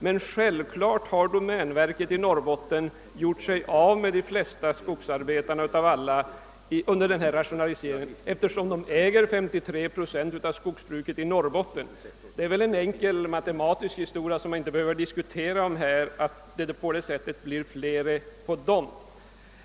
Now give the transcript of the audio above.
Men självklart är det domänverket som i Norrbotten gjort sig av med de flesta skogsarbetarna, eftersom domänverket äger 53 procent av skogen i Norrbotten. Det är enkel matematik som man inte behöver diskutera.